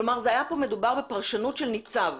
כלומר, היה כאן מדובר בפרשנות של ניצב,